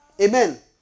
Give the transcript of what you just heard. Amen